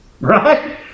Right